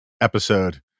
episode